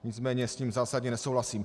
Nicméně s ním zásadně nesouhlasím.